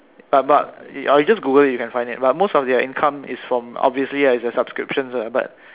but but or you just Google you can find it but most of their income is from obviously lah it's their subscriptions lah but